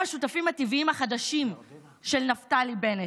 הם השותפים הטבעיים החדשים של נפתלי בנט,